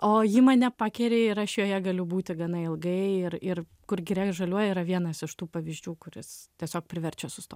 o ji mane pakeri ir aš joje gali būti gana ilgai ir ir kur giria žaliuoja yra vienas iš tų pavyzdžių kuris tiesiog priverčia sustot